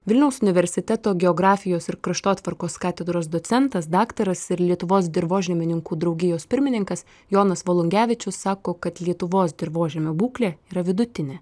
vilniaus universiteto geografijos ir kraštotvarkos katedros docentas daktaras ir lietuvos dirvožemininkų draugijos pirmininkas jonas volungevičius sako kad lietuvos dirvožemio būklė yra vidutinė